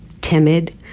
timid